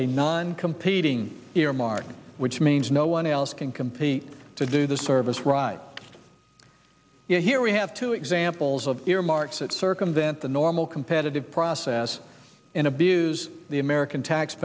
a non competing earmark which means no one else can compete to do the service ride yet here we have two examples of earmarks that circumvent the normal competitive process and abuse the american tax